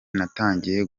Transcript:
natangiye